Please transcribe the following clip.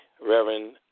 Reverend